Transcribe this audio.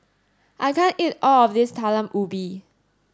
I can't eat all of this Talam Ubi